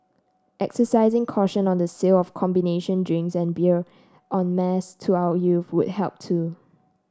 exercising caution on the sale of combination drinks and beer en mass to our youth would help too